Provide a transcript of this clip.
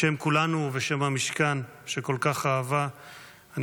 בשם כולנו ובשם המשכן שכל כך אהבה אני